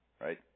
right